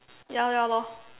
ya lor ya lor